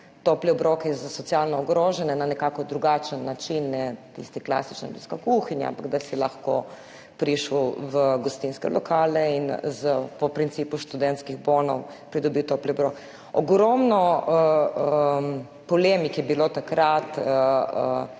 toplih obrokov za socialno ogrožene na nekoliko drugačen način, ne tista klasična ljudska kuhinja, ampak da si lahko prišel v gostinske lokale in po principu študentskih bonov pridobil topli obrok. Ogromno polemik je bilo takrat,